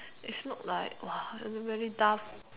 is not like very very tough